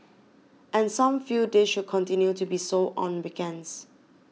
and some feel this should continue to be so on weekends